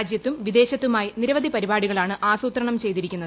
രാജ്യത്തും വിദേശത്തുമായി നിരവധി പരിപാടികളാണ് ആസൂത്രണം ചെയ്തിരിക്കുന്നത്